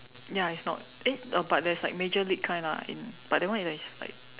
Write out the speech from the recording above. ya it's not eh oh but there's like major league kind lah in but that one is like